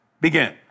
Begin